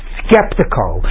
skeptical